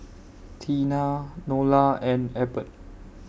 Teena Nola and Ebert